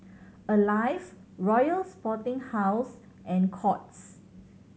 Alive Royal Sporting House and Courts